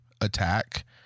attack